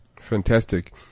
Fantastic